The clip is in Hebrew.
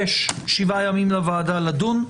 יש שבעה ימים לוועדה לדון.